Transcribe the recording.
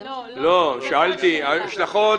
לא, ההשלכות